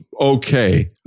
okay